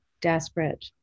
desperate